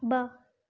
ॿ